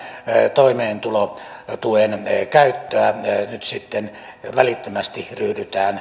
toimeentulotuen käyttöä nyt sitten välittömästi ryhdytään